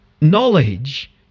Knowledge